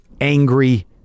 angry